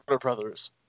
Brothers